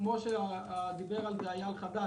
כמו בדוגמה שהציג אייל חגג,